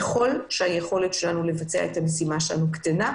ככל שהיכולת שלנו לבצע את המשימה תקטן,